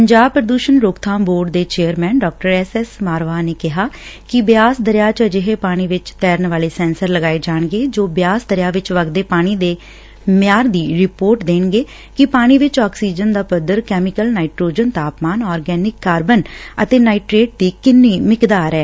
ਪੰਜਾਬ ਪ੍ਰਦੁਸ਼ਣ ਰੋਕਥਾਮ ਬੋਰਡ ਦੇ ਚੇਅਰਮੈਨ ਡਾ ਐਸ ਐਸ ਮਾਰਵਾਹ ਨੇ ਕਿਹਾ ਕਿ ਬਿਆਸ ਦਰਿਆ ਵਿਚ ਅਜਿਹੇ ਪਾਣੀ ਵਿਚ ਤੈਰਨ ਵਾਲੇ ਸੈਂਸਰ ਲਗਾਏ ਜਾਣਗੇ ਜੋ ਬਿਆਸ ਦਰਿਆ ਵਿਚ ਵੱਗਦੇ ਪਾਣੀ ਦੇ ਮਿਆਰ ਦੀ ਰਿਪੋਰਟ ਦੇਣਗੇ ਕਿ ਪਾਣੀ ਵਿਚ ਆਕਸੀਜਨ ਦਾ ਪੱਧਰ ਕੈਮੀਕਲ ਨਾਈਟ੍ਰੋਜਨ ਤਾਪਮਾਨ ਆਰਗੈਨਿਕ ਕਾਰਬਨ ਅਤੇ ਨਾਈਟ੍ਟ ਦੀ ਕਿੰਨੀ ਮਿਕਦਾਰ ਐ